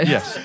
Yes